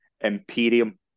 Imperium